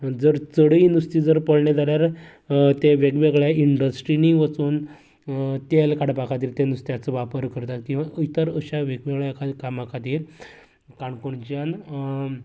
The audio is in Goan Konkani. जर चडय नुस्तें जर पडलें जाल्यार ते वेगवेगळ्या इंन्डस्ट्रींनी वचून तेल काडपा खातीर त्या नुस्त्यांचो वापर करतात किंवां इतर अश्यो वेगवेगळ्या कामा खातीर काणकोणच्यान